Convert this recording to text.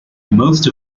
most